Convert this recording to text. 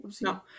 No